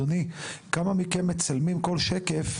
כמה מכם מצלמים כל שקף,